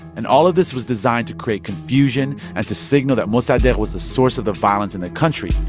and all of this was designed to create confusion and to signal that mossadegh was the source of the violence in the country,